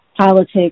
politics